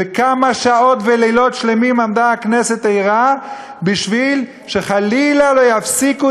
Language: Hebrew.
וכמה שעות ולילות שלמים עמדה הכנסת ערה בשביל שחלילה לא יפסיקו